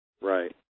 Right